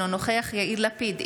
אינו נוכח יאיר לפיד,